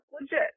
legit